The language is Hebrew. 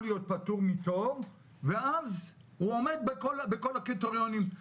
להיות פטור מתור ואז הוא עומד בכל הקריטריונים.